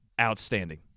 outstanding